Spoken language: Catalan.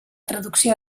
traducció